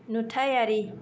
नुथायारि